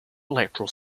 electoral